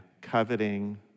coveting